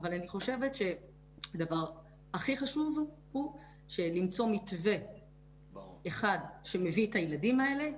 אבל אני חושבת שהדבר הכי חשוב הוא למצוא מתווה שמביא את הילדים האלה,